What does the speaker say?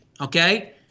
Okay